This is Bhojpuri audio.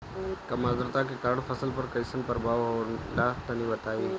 कम आद्रता के कारण फसल पर कैसन प्रभाव होला तनी बताई?